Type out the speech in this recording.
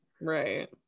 right